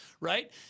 right